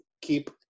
keep